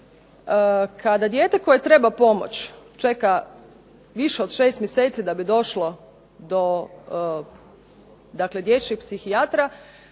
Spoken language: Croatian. Kada dijete koje treba pomoć čeka više od 6 mjeseci da bi došlo do dječjeg psihijatra,